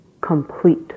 complete